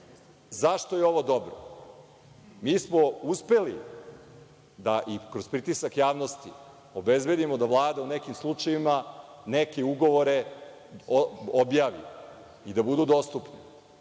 zašto je ovo dobro, mi smo uspeli da i kroz pritisak javnosti obezbedimo da Vlada u nekim slučajevima neke ugovore objavi i da budu dostupni.